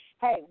hey